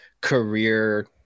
career